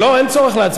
אין צורך להצביע,